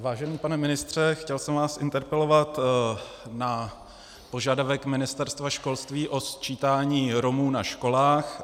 Vážený pane ministře, chtěl jsem vás interpelovat na požadavek Ministerstva školství na sčítání Romů ve školách.